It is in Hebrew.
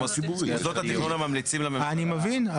מוסדות התכנון הממליצים לממשלה --- אני מבין.